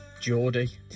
Geordie